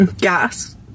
Gas